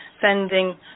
sending